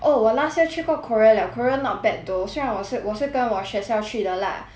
oh 我 last year 去过 korea liao korea not bad though 虽然我是我是跟我学校去的 lah